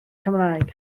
cymraeg